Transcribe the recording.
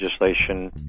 legislation